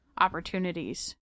opportunities